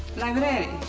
library.